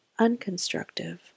unconstructive